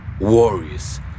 Warriors